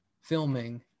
Filming